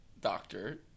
doctor